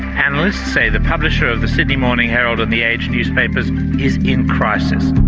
analysts say the publisher of the sydney morning herald and the age newspapers is in crisis.